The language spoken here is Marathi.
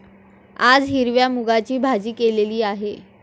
आज हिरव्या मूगाची भाजी केलेली आहे